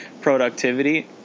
productivity